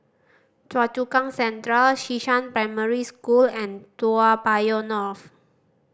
Choa Chu Kang Central Xishan Primary School and Toa Payoh North